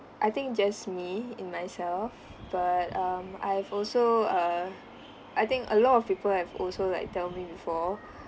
I think just me in myself but um I've also err I think a lot of people have also like tell me before